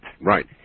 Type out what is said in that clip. Right